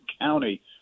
County –